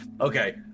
Okay